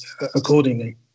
accordingly